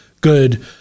good